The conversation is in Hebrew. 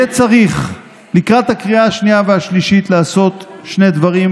יהיה צריך לקראת הקריאה השנייה והשלישית לעשות שני דברים,